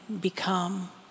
become